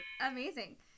Amazing